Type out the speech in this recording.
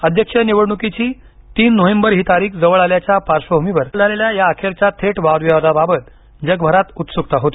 अध्यक्षीय निवडणुकीची तीन नोव्हेंबर ही तारीख जवळ आल्याच्या पार्श्वभूमीवर आज झालेल्या या अखेरच्या थेट वादविवादाबाबत जगभरात उत्सुकता होती